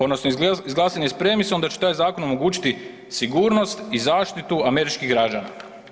Odnosno izglasan je s premisom da će taj zakon omogućiti sigurnost i zaštitu američkih građana.